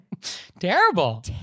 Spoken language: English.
Terrible